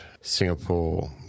Singapore